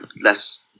less